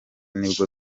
nibwo